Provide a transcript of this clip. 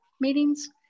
meetings